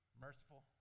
Merciful